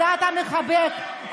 הדת המחבק,